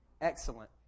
excellent